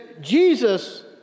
Jesus